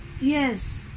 Yes